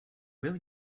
will